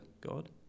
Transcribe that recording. God